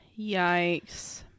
Yikes